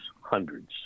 Hundreds